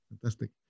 fantastic